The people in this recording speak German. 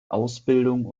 ausbildung